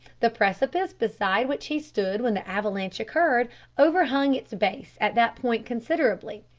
the precipice beside which he stood when the avalanche occurred overhung its base at that point considerably,